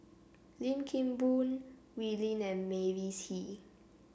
Lim Kim Boon Wee Lin and Mavis Hee